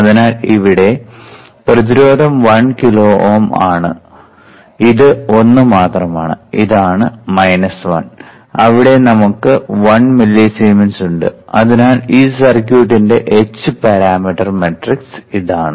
അതിനാൽ ഇവിടെ പ്രതിരോധം 1 കിലോ Ω ആണ് ഇത് ഒന്ന് മാത്രമാണ് ഇതാണ് 1 അവിടെ നമുക്ക് 1 മില്ലിസീമെൻസ് ഉണ്ട് അതിനാൽ ഈ സർക്യൂട്ടിന്റെ h പാരാമീറ്റർ മാട്രിക്സ് ഇതാണ്